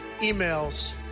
emails